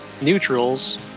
neutrals